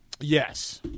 Yes